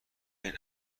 این